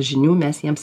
žinių mes jiems